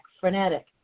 frenetic